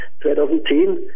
2010